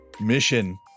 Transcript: mission